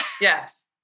yes